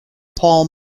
pall